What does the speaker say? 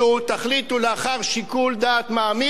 תחליטו לאחר שיקול דעת מעמיק,